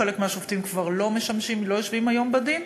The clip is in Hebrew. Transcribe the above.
חלק מהשופטים כבר לא יושבים היום בדין.